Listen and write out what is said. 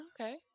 okay